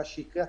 מה שיקרה,